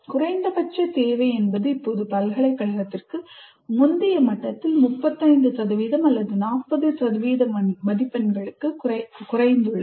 குறைந்தபட்ச தேவை என்பது இப்போது பல்கலைக்கழகத்திற்கு முந்தைய மட்டத்தில் 35 சதவிகிதம் அல்லது 40 சதவிகித மதிப்பெண்களுக்கு குறைந்துள்ளது